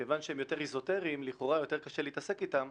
וכיוון שהם יותר אזוטריים לכאורה יותר קשה להתעסק איתם,